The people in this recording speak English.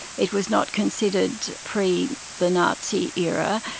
it was not considered, pre the nazi era,